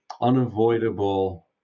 unavoidable